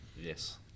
Yes